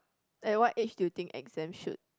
at what age do you think exams should